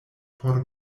por